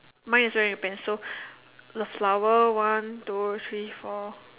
mine is wearing a pants so the flower one two three four